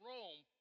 Rome